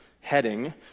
heading